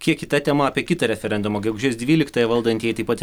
kiek kita tema apie kitą referendumą gegužės dvyliktąją valdantieji taip pat